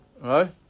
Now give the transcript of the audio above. Right